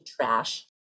trash